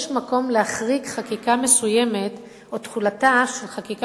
יש מקום להחריג מחקיקה מסוימת או מתחולתה של חקיקה